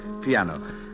piano